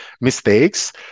mistakes